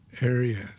areas